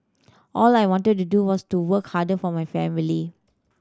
all I wanted to do was to work harder for my family